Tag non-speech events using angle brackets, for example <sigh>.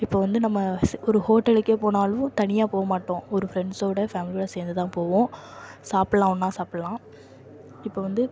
இப்போ வந்து நம்ம <unintelligible> ஒரு ஹோட்டலுக்கே போனாலும் தனியாக போகமாட்டோம் ஒரு ஃப்ரெண்ட்ஸோடு ஃபேமிலியோடு சேர்ந்துதான் போவோம் சாப்பிட்லாம் ஒன்றா சாப்பிட்லாம் இப்போ வந்து